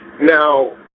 Now